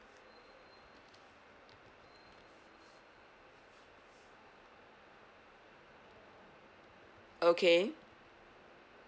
okay